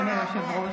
אדוני היושב-ראש.